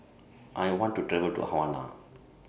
I want to travel to Havana